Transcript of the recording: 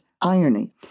irony